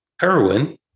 heroin